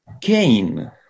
Cain